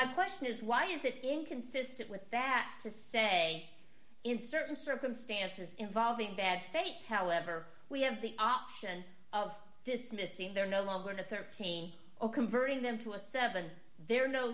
my question is why is it inconsistent with that to say in certain circumstances involving bad faith however we have the option of dismissing they're no longer thirteen or converting them to a seven they're no